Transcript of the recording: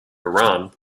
iran